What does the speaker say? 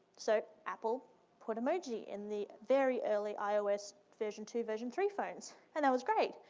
so apple put emoji in the very early ios version two, version three phones. and that was great,